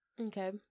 okay